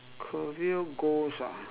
career goals ah